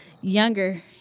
Younger